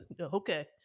Okay